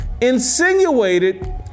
insinuated